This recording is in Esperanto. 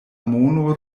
mono